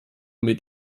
mit